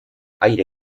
aire